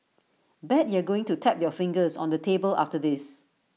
bet you're going to tap your fingers on the table after this